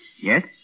Yes